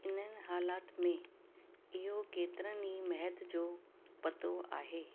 इन्हनि हालात में इहो केतिरनि ई महद जो पतो आहे